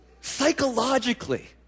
psychologically